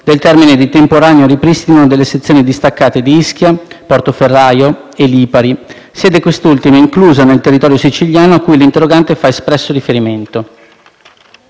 del termine di temporaneo ripristino delle sezioni distaccate di Ischia, Portoferraio e Lipari, sede quest'ultima inclusa nel territorio siciliano a cui l'interrogante fa espresso riferimento.